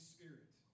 Spirit